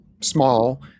small